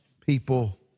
people